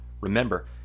Remember